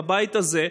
בבית הזה,